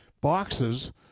boxes